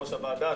יושב-ראש הוועדה,